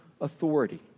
authority